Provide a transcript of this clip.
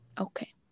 Okay